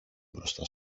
μπροστά